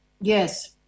yes